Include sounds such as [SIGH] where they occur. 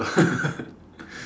[LAUGHS]